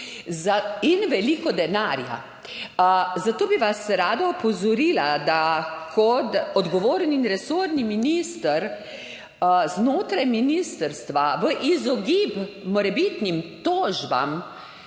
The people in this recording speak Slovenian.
in veliko denarja. Zato bi vas rada opozorila, da kot odgovorni resorni minister znotraj ministrstva v izogib morebitnim tožbam